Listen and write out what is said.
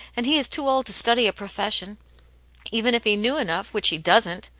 and he is too old to study a professioni even if he knew enough, which he doesn't.